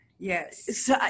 Yes